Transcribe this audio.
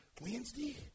Wednesday